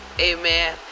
Amen